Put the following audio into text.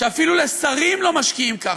שאפילו לשרים לא משקיעים ככה.